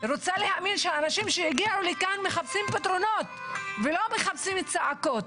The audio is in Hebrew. רוצה להאמין שהאנשים שהגיעו לכאן מחפשים פתרונות ולא מחפשים צעקות.